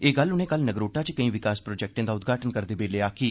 एह् गल्ल उनें कल नगरोटा च केई विकास प्रोजेक्टें दा उद्घाटन करदे बेल्लै आखी